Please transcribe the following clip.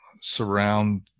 surround